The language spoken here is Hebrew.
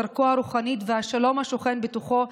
דרכו הרוחנית והשלום השוכן בתוכו,